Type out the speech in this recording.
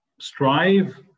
strive